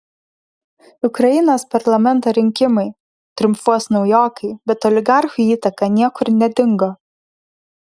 ukrainos parlamento rinkimai triumfuos naujokai bet oligarchų įtaka niekur nedingo